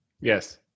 Yes